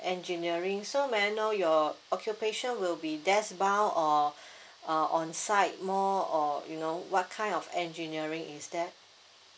engineering so may I know your occupation will be desk bound or uh on site more or you know what kind of engineering is that